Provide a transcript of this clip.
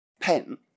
pen